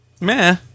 Meh